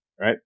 right